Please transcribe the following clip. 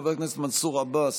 חבר הכנסת מנסור עבאס,